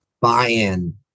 buy-in